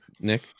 Nick